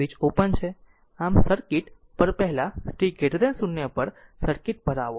આમ સર્કિટ પર પહેલા t 0 પર સર્કિટ પર આવો